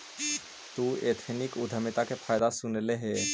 तु एथनिक उद्यमिता के फायदे सुनले हे?